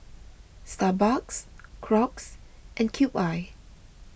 Starbucks Crocs and Cube I